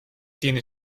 tiene